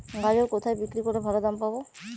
গাজর কোথায় বিক্রি করলে ভালো দাম পাব?